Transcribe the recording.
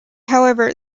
however